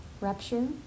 rupture